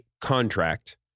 contract